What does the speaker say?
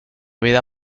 vida